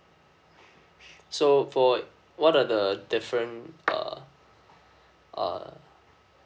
so for uh what are the different uh uh